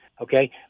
okay